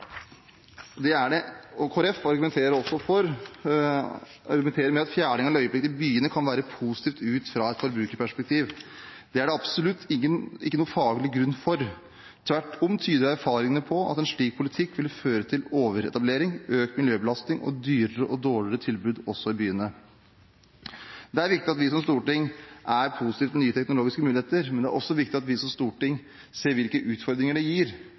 argumenterer også for at fjerning av løyvene kan være positivt fra ut et forbrukerperspektiv. Det er det absolutt ingen faglig grunn for, tvert om tyder erfaringene på at en slik politikk vil føre til overetablering, økt miljøbelastning og dyrere og dårligere tilbud, også i byene. Det er viktig at vi som storting er positive til nye teknologiske muligheter, men det er også viktig at vi som storting ser hvilke utfordringer det gir,